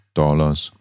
dollars